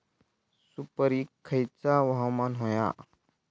सुपरिक खयचा हवामान होया?